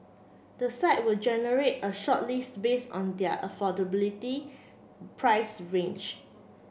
the site will generate a shortlist based on their affordability price range